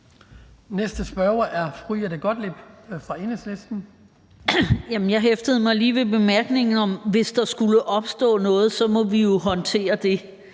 Jeg hæftede mig lige ved bemærkningen om, at hvis der skulle opstå noget, må vi jo håndtere det,